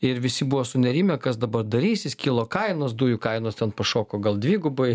ir visi buvo sunerimę kas dabar darysis kilo kainos dujų kainos ten pašoko gal dvigubai